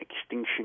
extinction